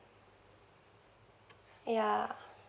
yeah